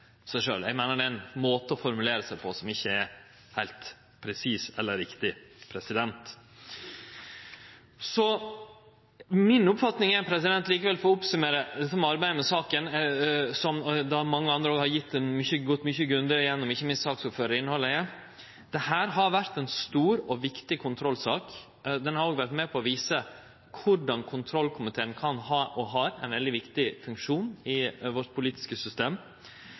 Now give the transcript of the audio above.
seg på som ikkje er heilt presis, eller riktig. Mi oppfatning er likevel, for å summere opp arbeidet med saka, som mange andre har gått mykje grundigare gjennom innhaldet i – ikkje minst saksordføraren – at dette har vore ei stor og viktig kontrollsak. Ho har òg vore med på å vise korleis kontrollkomiteen kan ha og har ein veldig viktig funksjon i vårt politiske system.